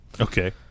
Okay